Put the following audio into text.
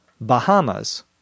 Bahamas